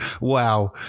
Wow